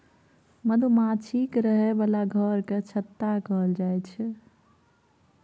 मधुमाछीक रहय बला घर केँ छत्ता कहल जाई छै